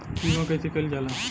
बीमा कइसे कइल जाला?